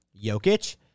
Jokic